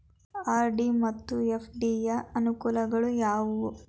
RD ಮತ್ತು FD ಯ ಅನುಕೂಲಗಳು ಯಾವವು?